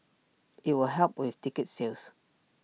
IT will help with ticket sales